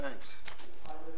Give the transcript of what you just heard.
thanks